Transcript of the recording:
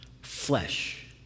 flesh